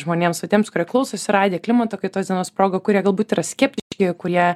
žmonėms va tiems kurie klausosi radijo klimato kaitos dienos proga kurie galbūt yra skeptiški kurie